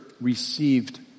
received